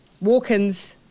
walk-ins